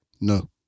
No